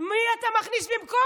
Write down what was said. את מי אתה מכניס במקומם?